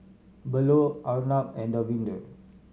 Bellur Arnab and Davinder